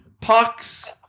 pucks